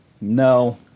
No